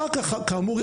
כאמור,